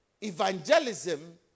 evangelism